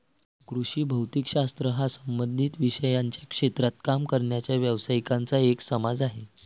कृषी भौतिक शास्त्र हा संबंधित विषयांच्या क्षेत्रात काम करणाऱ्या व्यावसायिकांचा एक समाज आहे